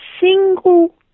single